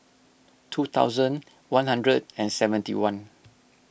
two thousand one hundred and seventy one